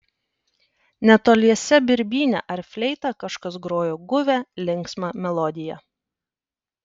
netoliese birbyne ar fleita kažkas grojo guvią linksmą melodiją